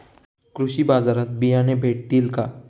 कृषी बाजारात बियाणे भेटतील का?